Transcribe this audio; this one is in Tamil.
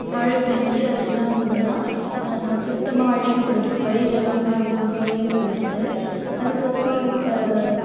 மழை பெஞ்சு அது என்ன ஆகுதுன்னால் சுத்தமாக அழுகி போயிவிடுது பயிர் எல்லாமே ரொம்ப ரொம்ப அழுகி போயிவிடுது அதுக்கு அப்புறம் இப்போ